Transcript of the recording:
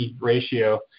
ratio